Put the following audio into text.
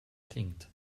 klingt